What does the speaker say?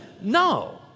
no